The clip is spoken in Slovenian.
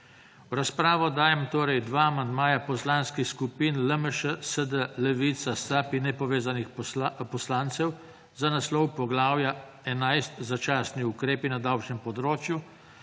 V razpravo dajem torej dva amandmaja poslanskih skupin LMŠ, SD, Levica, SAB in Nepovezanih poslancev za naslov poglavja 11 Začasni ukrepi na davčnem področju